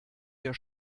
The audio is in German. ihr